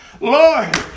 Lord